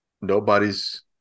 nobody's